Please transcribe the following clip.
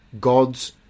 God's